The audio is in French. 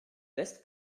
veste